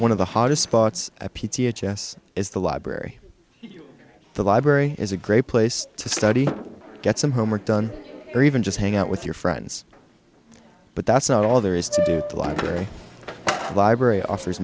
one of the hottest spots a p c h s is the library the library is a great place to study get some homework done or even just hang out with your friends but that's not all there is to do the library library offers